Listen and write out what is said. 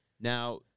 Now